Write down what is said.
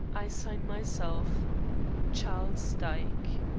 i sign myself charles dyke.